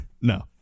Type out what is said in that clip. No